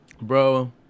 Bro